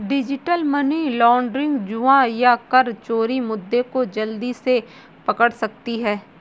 digital money laundering, जुआ या कर चोरी मुद्दे को जल्दी से पकड़ सकती है